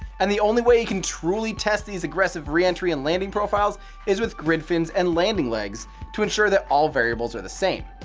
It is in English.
and the only way you can truly test these aggressive reentry and landing profiles is with grid fins and landing legs to ensure that all variables are the same.